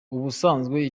ubusanzwe